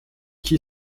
qui